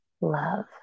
love